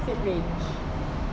same range